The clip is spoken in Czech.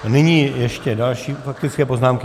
A nyní ještě další faktické poznámky.